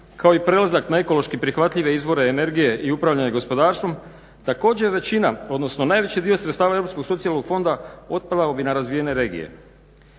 kao i prelazak na ekološki prihvatljive izvore energije i upravljanja gospodarstvom također većina odnosno najveći dio sredstava europskog socijalnog fonda otpala bi na razvijene regije.